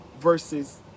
versus